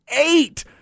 eight